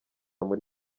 muri